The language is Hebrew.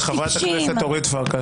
נא לא להפריע, חברת הכנסת אורית פרקש.